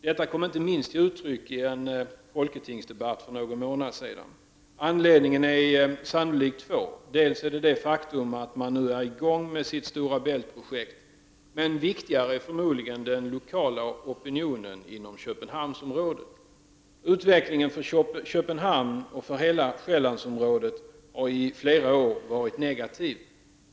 Detta kom inte minst till uttryck i en Folketingsdebatt för någon månad sedan. Anledningarna härtill är sannolikt två: dels det faktum att man nu är i gång med sitt Stora Bält-projekt, dels och förmodligen viktigare den lokala opinionen inom Köpenhamnsområdet. Utvecklingen för Köpenhamn och för hela Själlandsområdet har i flera år varit negativ.